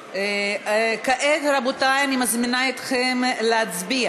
כעת, רבותי, אני מזמינה אתכם להצביע